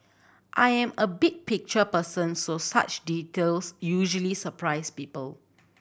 I am a big picture person so such details usually surprise people